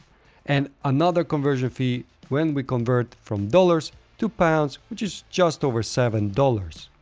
and another conversion fee when we convert from dollars to pounds, which is just over seven dollars.